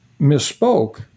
misspoke